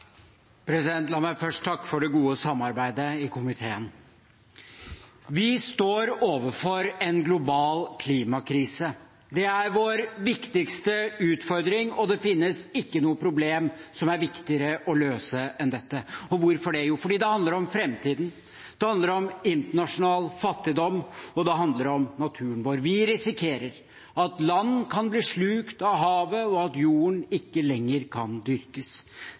vedteke. La meg først takke for det gode samarbeidet i komiteen. Vi står overfor en global klimakrise. Det er vår viktigste utfordring, og det finnes ikke noe problem som er viktigere å løse enn dette. Hvorfor det? Jo, fordi det handler om framtiden. Det handler om internasjonal fattigdom, og det handler om naturen vår. Vi risikerer at land blir slukt av havet, og at jorden ikke lenger kan dyrkes.